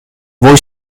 voi